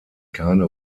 keine